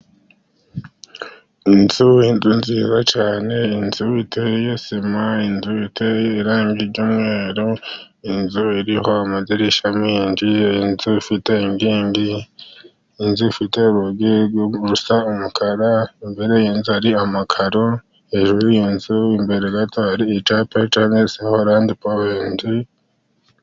Inzu nziza cyane, inzu iteye sima ,inzu iteye irangi ry'umweru, inzu iriho amadirishya menshi ,inzu ifite inkingi ,inzu ifite urugi rusa umukara, imbere y'inzu ari amakaro, hejuru y'inzu imbere gato hari icyapa cyanditseho randi powenti .